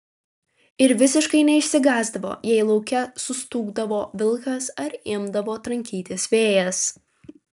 ir visiškai neišsigąsdavo jei lauke sustūgdavo vilkas ar imdavo trankytis vėjas